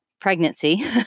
pregnancy